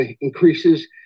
increases